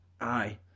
Aye